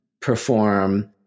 perform